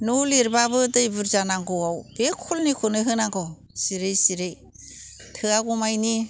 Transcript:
न' लिरबाबो दै बुरजा नांगौआव बे खलनिखौनो होनांगौ जिरै जिरै थोआगौमायनि